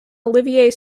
olivet